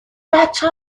بچه